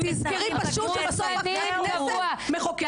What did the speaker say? תזכרי פשוט שבסוף הכנסת מחוקקת.